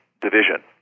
division